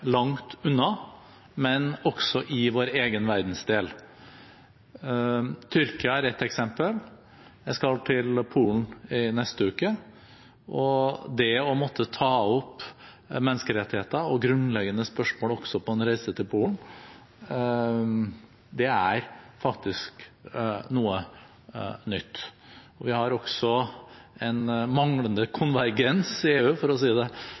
langt unna, men også i vår egen verdensdel. Tyrkia er ett eksempel. Jeg skal til Polen i neste uke, og det å måtte ta opp menneskerettigheter og grunnleggende spørsmål også på en reise til Polen er faktisk noe nytt. Vi har også en manglende konvergens i EU, for å si det